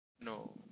No